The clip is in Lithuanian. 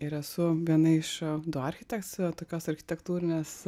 ir esu viena iš du architekts tokios architektūrinės